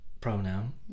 pronoun